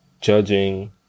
judging